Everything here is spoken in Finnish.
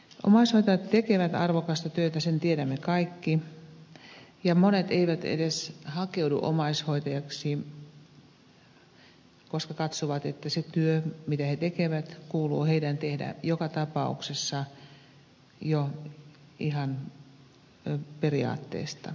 omaishoitajat tekevät arvokasta työtä sen tiedämme kaikki ja monet eivät edes hakeudu omaishoitajaksi koska katsovat että se työ mitä he tekevät kuuluu heidän tehdä joka tapauksessa jo ihan periaatteesta